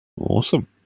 Awesome